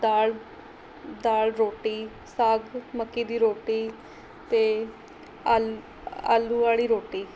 ਦਾਲ਼ ਦਾਲ਼ ਰੋਟੀ ਸਾਗ ਮੱਕੀ ਦੀ ਰੋਟੀ ਅਤੇ ਆਲ ਆਲੂ ਵਾਲੀ ਰੋਟੀ